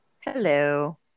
Hello